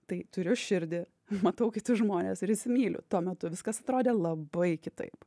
tai turiu širdį matau kitus žmones ir įsimyliu tuo metu viskas atrodė labai kitaip